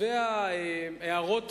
וההארות